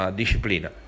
disciplina